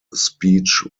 speech